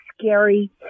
scary